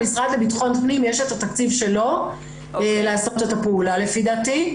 למשרד לבטחון פנים יש את התקציב שלו לעשות את הפעולה לפי דעתי.